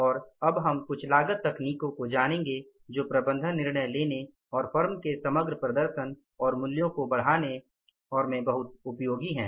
और अब हम कुछ लागत तकनीकों को जानेंगे जो प्रबंधन निर्णय लेने और फर्म के समग्र प्रदर्शन और मूल्य को बढ़ाने और में बहुत उपयोगी हैं